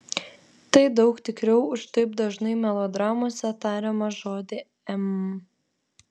tai daug tikriau už taip dažnai melodramose tariamą žodį m